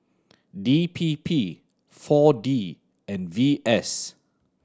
D P P Four D and V S